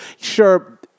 sure